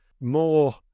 more